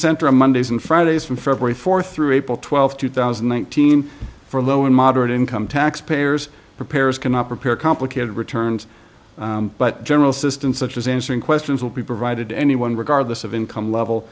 center on mondays and fridays from february fourth through april twelfth two thousand one thousand for low and moderate income tax payers repairs cannot prepare complicated returns but general systems such as answering questions will be provided to anyone regardless of income level